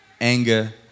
anger